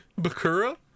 bakura